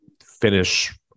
finish